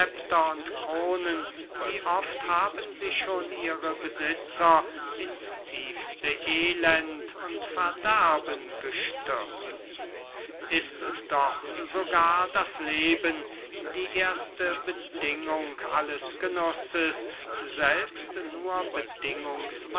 kronen wie oft haben sie schon ihre besitzer ins tiefste elend und verderben gestürzt ist doch sogar das leben die erste bedingung alles genusses selbst nur